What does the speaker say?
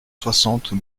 soixante